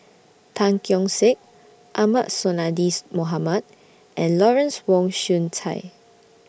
Tan Keong Saik Ahmad Sonhadji's Mohamad and Lawrence Wong Shyun Tsai